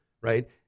right